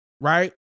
right